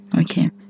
Okay